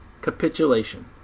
Capitulation